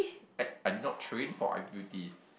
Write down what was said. I I did not train for i_p_p_t